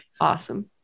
Awesome